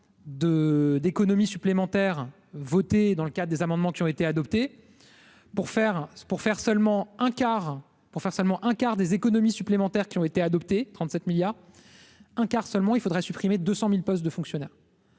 d'économies supplémentaires votés dans le cas des amendements qui ont été adoptées pour faire pour faire seulement un quart pour faire seulement un quart des économies supplémentaires qui ont été adoptées 37 milliards un quart seulement il faudrait supprimer 200000 postes de fonctionnaires.